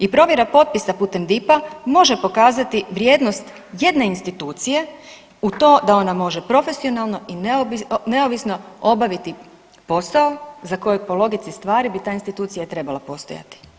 I provjera potpisa putem DIP-a može pokazati vrijednost jedne institucije u to da ona može profesionalno i neovisno obaviti posao za kojeg po logici stvari bi ta institucija trebala postojati.